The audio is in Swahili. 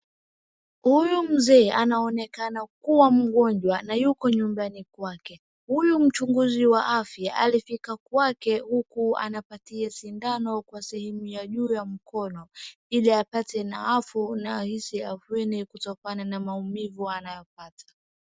Huyu mzee anaonekana kuwa mgonjwa na yuko nyumbani kwake. Huyu mchuguzi wa afya alifika kwake uku anapatia sindano kwa sehemu ya juu ya mkono ili apate naafu na ahisi afueni kutokana na maumivu anayopata.